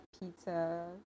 pizza